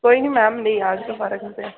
कोई नी मैम नी आह्ग दबारा कम्प्लेन